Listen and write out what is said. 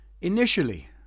initially